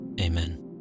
amen